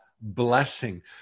blessing